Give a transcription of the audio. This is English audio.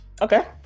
Okay